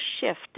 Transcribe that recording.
shift